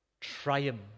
triumph